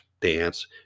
dance